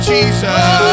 Jesus